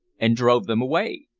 and drove them away.